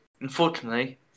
Unfortunately